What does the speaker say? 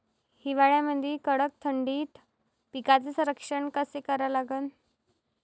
हिवाळ्यामंदी कडक थंडीत पिकाचे संरक्षण कसे करा लागन?